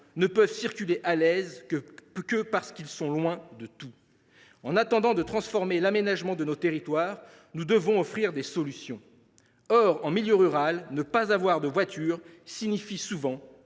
ne peuvent circuler à l’aise que parce qu’ils sont loin de tout. » En attendant de transformer l’aménagement de nos territoires, nous devons offrir des solutions. Or, en milieu rural, ne pas avoir de voiture signifie souvent